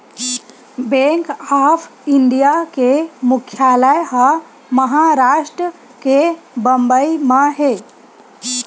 bank of India के मुख्यालय ह महारास्ट के बंबई म हे